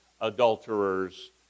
adulterers